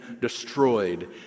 destroyed